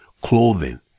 clothing